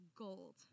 gold